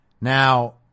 Now